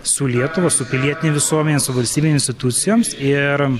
su lietuva su pilietine visuomene su valstybinėms institucijoms ir